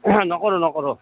নকৰোঁ নকৰোঁ